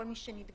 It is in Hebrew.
כל מי שנדגם.